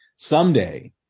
someday